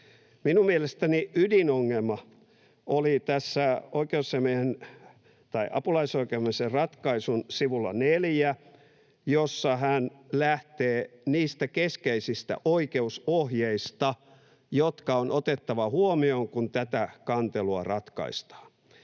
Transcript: Minun mielestäni ydinongelma oli tässä oikeusasiamiehen tai apulaisoikeusasiamiehen ratkaisun sivulla neljä, jossa hän lähtee niistä keskeisistä oikeusohjeista, jotka on otettava huomioon, kun tätä kantelua ratkaistaan.